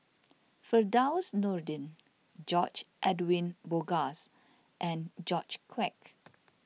Firdaus Nordin George Edwin Bogaars and George Quek